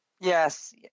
Yes